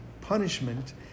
punishment